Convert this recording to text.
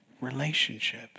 Relationship